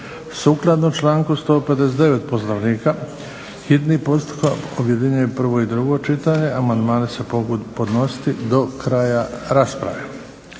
Sukladno članku 159. Poslovnika hitni postupak objedinjuje prvo i drugo čitanje. Amandmani se mogu podnositi do kraja rasprave.